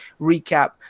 recap